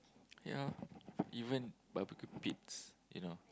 ya even barbecue pits you know